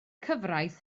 cyfraith